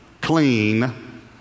clean